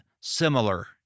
similar